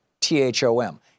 T-H-O-M